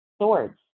swords